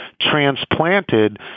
transplanted